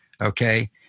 Okay